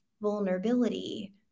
vulnerability